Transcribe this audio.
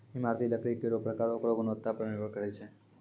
इमारती लकड़ी केरो परकार ओकरो गुणवत्ता पर निर्भर करै छै